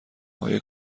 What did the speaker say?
های